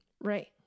Right